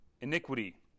iniquity